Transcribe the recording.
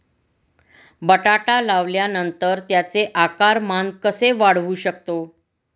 बटाटा लावल्यानंतर त्याचे आकारमान कसे वाढवू शकतो?